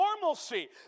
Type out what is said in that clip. normalcy